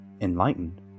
Enlightened